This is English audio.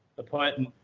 the put? and